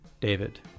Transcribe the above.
David